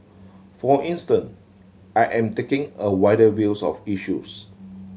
for instance I am taking a wider views of issues